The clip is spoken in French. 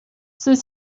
ceux